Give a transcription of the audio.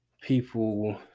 people